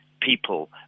people